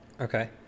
Okay